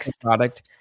product